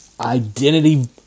identity